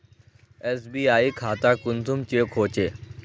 SBI खाता कुंसम check होचे?